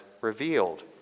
revealed